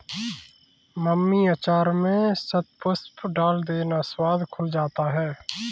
mummy अचार में शतपुष्प डाल देना, स्वाद खुल जाता है